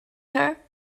her